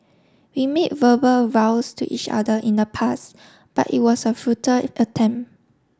we made verbal vows to each other in the past but it was a futile attempt